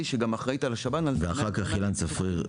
שגם אחראית על השב"ן על זמני המתנה לניתוחים בשב"ן,